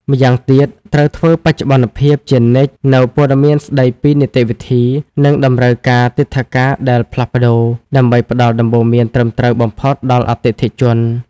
ម្យ៉ាងទៀត ត្រូវធ្វើបច្ចុប្បន្នភាពជានិច្ចនូវព័ត៌មានស្តីពីនីតិវិធី និងតម្រូវការទិដ្ឋាការដែលផ្លាស់ប្តូរ ដើម្បីផ្តល់ដំបូន្មានត្រឹមត្រូវបំផុតដល់អតិថិជន។